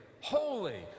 holy